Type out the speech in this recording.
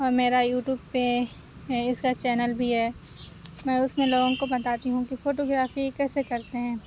اور میرا یوٹیوب پہ اِس کا چینل بھی ہے میں اُس میں لوگوں کو بتاتی ہوں کہ فوٹو گرافی کیسے کرتے ہیں